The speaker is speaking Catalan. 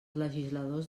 legisladors